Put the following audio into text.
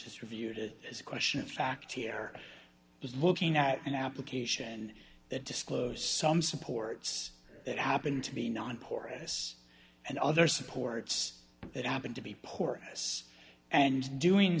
distribute it is a question of fact here is looking at an application that disclose some supports that happened to be non porous and other supports that happened to be porous and doing